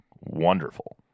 wonderful